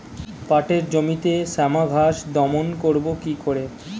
পাটের জমিতে শ্যামা ঘাস দমন করবো কি করে?